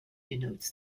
denotes